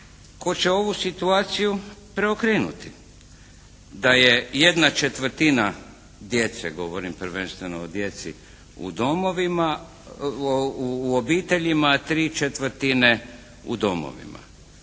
tko će ovu situaciju preokrenuti da je jedna četvrtina djece, govorim prvenstveno o djeci, u domovima, u obiteljima a tri četvrtine u domovima.